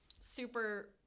super